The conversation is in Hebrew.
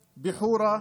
בחורה,